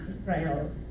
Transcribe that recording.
Israel